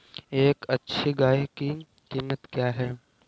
एक अच्छी गाय की कीमत क्या है?